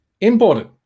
Imported